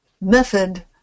method